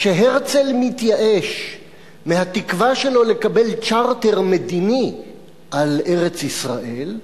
כשהרצל מתייאש מהתקווה שלו לקבל צ'רטר מדיני על ארץ-ישראל,